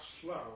slow